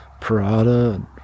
Parada